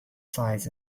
size